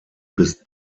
bis